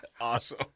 Awesome